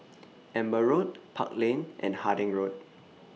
Amber Road Park Lane and Harding Road